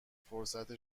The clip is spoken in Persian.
فرصت